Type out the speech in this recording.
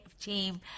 team